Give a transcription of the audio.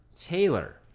Taylor